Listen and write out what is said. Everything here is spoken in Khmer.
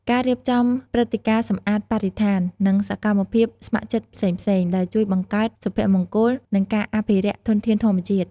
ការរៀបចំព្រឹត្តិការណ៍សម្អាតបរិស្ថាន និងសកម្មភាពស្ម័គ្រចិត្តផ្សេងៗ ដែលជួយបង្កើតសុភមង្គល និងការអភិរក្សធនធានធម្មជាតិ។